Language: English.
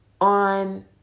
on